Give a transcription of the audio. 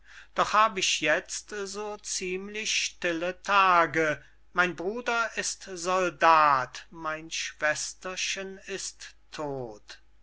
doch hab ich jetzt so ziemlich stille tage mein bruder ist soldat mein schwesterchen ist todt